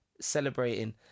celebrating